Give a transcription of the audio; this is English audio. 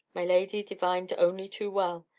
my lady divined only too well.